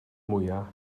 mwyaf